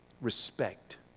respect